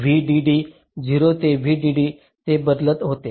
VDD 0 ते VDD ते बदलत होते